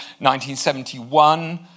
1971